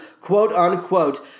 quote-unquote